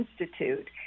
Institute